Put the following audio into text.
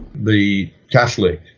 the catholic,